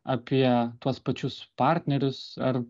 apie tuos pačius partnerius ar